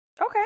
Okay